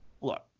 Look